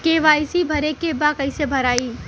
KYC भरे के बा कइसे भराई?